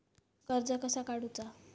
कर्ज कसा काडूचा?